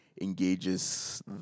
engages